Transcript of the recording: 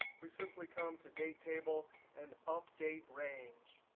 we simply come to date table and update range.